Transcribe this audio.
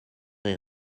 est